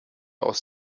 aus